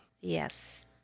Yes